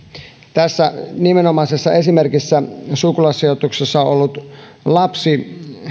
tässä nimenomaisessa esimerkissä sukulaissijoituksessa ollut lapsi ei ollut